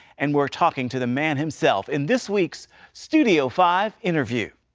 and we're talking to the man himself in this week's studio five interview.